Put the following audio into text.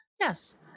Yes